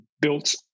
built